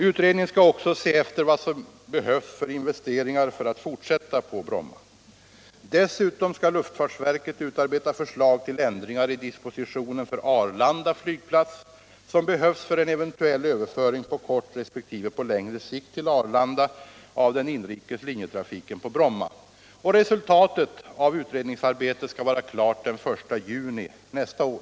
Utredningen skall också se efter vad det behövs för investeringar för att fortsätta på Bromma. Dessutom skall luftfartsverket utarbeta förslag till ändringar i dispositionen för Arlanda flygplats som behövs för en eventuell överföring på kort resp. på längre sikt till Arlanda av den inrikes linjetrafiken på Bromma. Resultatet av utredningsarbetet skall vara klart den 1 juni nästa år.